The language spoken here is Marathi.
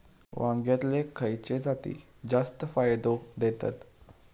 वांग्यातले खयले जाती जास्त फायदो देतत?